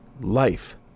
Life